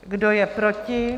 Kdo je proti?